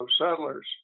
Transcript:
settlers